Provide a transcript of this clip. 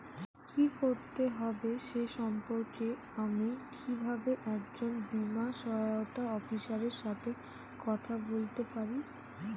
কী করতে হবে সে সম্পর্কে আমি কীভাবে একজন বীমা সহায়তা অফিসারের সাথে কথা বলতে পারি?